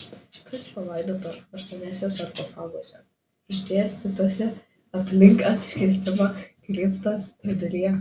kas palaidota aštuoniuose sarkofaguose išdėstytuose aplink apskritimą kriptos viduryje